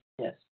Yes